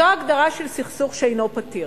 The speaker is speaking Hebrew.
זו הגדרה של סכסוך שאינו פתיר.